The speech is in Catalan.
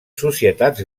societats